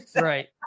Right